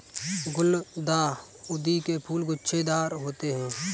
गुलदाउदी के फूल गुच्छेदार होते हैं